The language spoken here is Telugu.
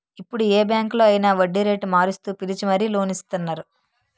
ఇప్పుడు ఏ బాంకులో అయినా వడ్డీరేటు మారుస్తూ పిలిచి మరీ లోన్ ఇస్తున్నారు